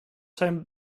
zijn